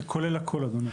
זה כולל הכול, אדוני.